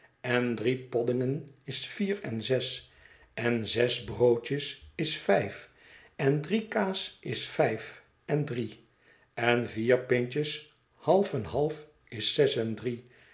en drie poddingen is vier en zes en zes broodjes is vijf en drie kaas is vijf en drie en vier pintjes half en half is zes en drie